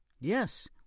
Yes